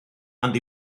and